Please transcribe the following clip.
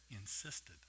insisted